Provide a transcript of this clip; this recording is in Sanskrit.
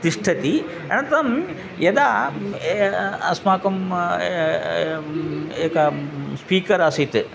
तिष्ठति अनन्तरं यदा अस्माकम् एकं स्पीकर् आसीत्